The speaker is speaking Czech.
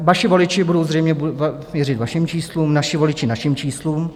Vaši voliči budou zřejmě věřit vašim číslům, naši voliči našim číslům.